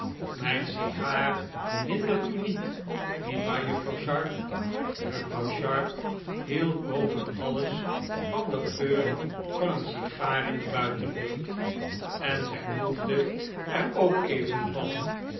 mijn sigaar hindert u niet nietwaar juffrouw sharp juffrouw sharp hield boven alles van den geur van een sigaar in de buitenlucht en zij proefde er ook even van